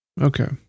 Okay